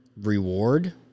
reward